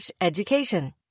education